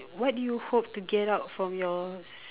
what you hope to get out from your